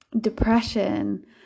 Depression